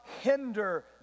hinder